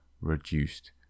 reduced